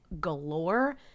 Galore